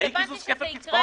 זה רלוונטי שזה יקרה.